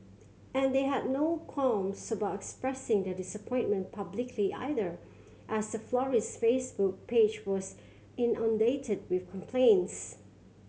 and they had no qualms about expressing their disappointment publicly either as the florist's Facebook page was inundated with complaints